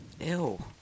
Ew